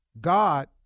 God